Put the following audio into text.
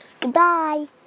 Goodbye